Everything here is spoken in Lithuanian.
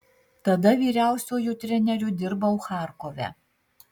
tada vyriausiuoju treneriu dirbau charkove